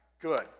good